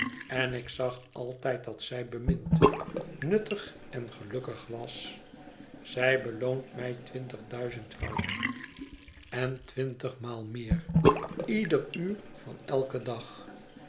en ik zag altijd dat zij bemind nuttig en gelukkig was zij beloont mij twintig duizendvoud en twintigmaal meer ieder uur van eiken dag